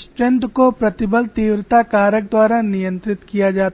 strength को प्रतिबल तीव्रता कारक द्वारा नियंत्रित किया जाता है